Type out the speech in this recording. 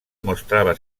mostrava